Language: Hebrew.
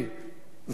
זבולון אורלב,